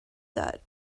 that